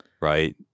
right